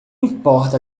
importa